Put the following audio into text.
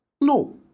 No